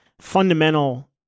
fundamental